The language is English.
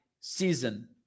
season